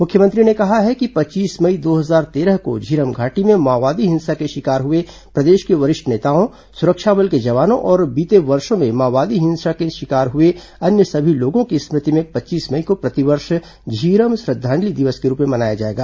मुख्यमंत्री ने कहा है कि पच्चीस मई दो हजार तेरह को झीरम घाटी में माओवादी हिंसा के शिकार हुए प्रदेश के वरिष्ठ नेताओं सुरक्षा बल के जवानों और बीते वर्षों में माओवादी हिंसा के शिकार हुए अन्य सभी लोगों की स्मृति में पच्चीस मई को प्रतिवर्ष झीरम श्रद्धांजलि दिवस के रूप में मनाया जाएगा